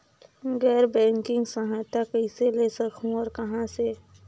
गैर बैंकिंग सहायता कइसे ले सकहुं और कहाँ से?